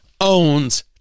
owns